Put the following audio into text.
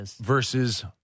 versus